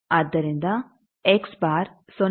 ಆದ್ದರಿಂದ 0